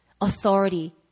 authority